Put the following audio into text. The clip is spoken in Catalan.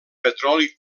petroli